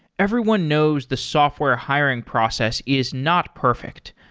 everyone knows the software hiring process is not perfect.